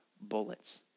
bullets